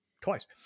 twice